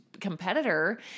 competitor